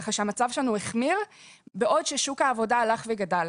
כך שהמצב שלנו החמיר בעוד ששוק העבודה הלך וגדל.